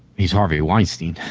he's harvey weinstein,